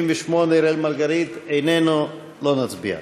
38, אראל מרגלית איננו, לא נצביע.